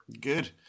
Good